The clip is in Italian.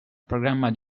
programma